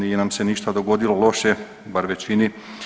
Nije nam se ništa dogodilo loše, bar većini.